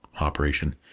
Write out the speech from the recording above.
operation